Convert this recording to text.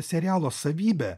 serialo savybę